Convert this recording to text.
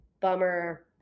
bummer